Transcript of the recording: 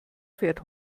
fährt